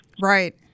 Right